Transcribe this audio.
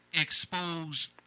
expose